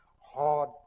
hard